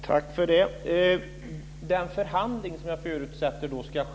Fru talman! Jag förutsätter att det ska ske en förhandling.